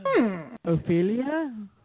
Ophelia